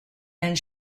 and